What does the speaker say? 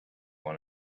one